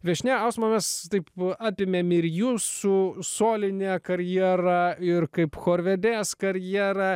viešnia ausmanas taip atėmėme ir jūsų solinę karjerą ir kaip chorvedės karjera